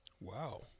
Wow